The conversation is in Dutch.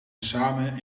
samen